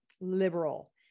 liberal